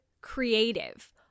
creative